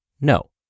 No